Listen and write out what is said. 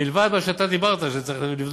מלבד מה שאתה דיברת, שצריך לבדוק,